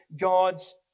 God's